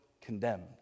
condemned